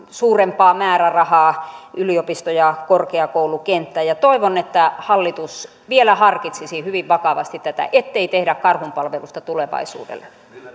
suurempaa määrärahaa yliopisto ja korkeakoulukenttään ja toivon että hallitus vielä harkitsisi hyvin vakavasti tätä ettei tehdä karhunpalvelusta tulevaisuudelle